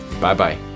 Bye-bye